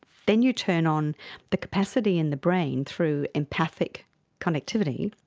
then you turn on the capacity in the brain through empathic connectivity,